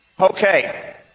Okay